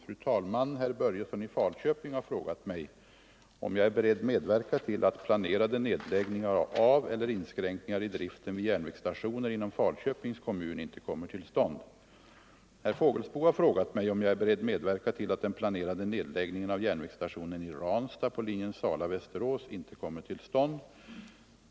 Fru talman! Herr Börjesson i Falköping har frågat mig om jag är beredd att medverka till att planerade nedläggningar av eller inskränkningar i driften vid järnvägsstationer inom Falköpings kommun inte kommer till stånd. Herr Fågelsbo har frågat mig om jag är beredd medverka till att den planerade nedläggningen av järnvägsstationen i Ransta på linjen Sala-Västerås inte kommer till stånd.